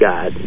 God